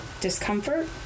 discomfort